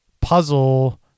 puzzle